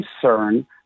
concern